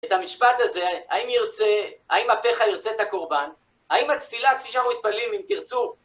את המשפט הזה, האם ירצה, האם עבדך ירצה את הקורבן? האם התפילה, כפי שאנו מתפללים, אם תרצו...